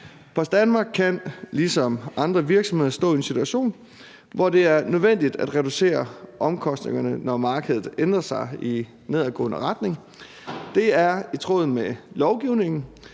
Post Danmark kan ligesom andre virksomheder stå i en situation, hvor det er nødvendigt at reducere omkostningerne, når markedet ændrer sig i nedadgående retning. Det er i tråd med lovgivningen,